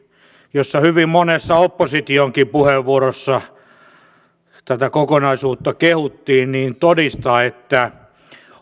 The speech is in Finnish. jossa hyvin monessa oppositionkin puheenvuorossa tätä kokonaisuutta kehuttiin todistaa että